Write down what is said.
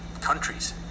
countries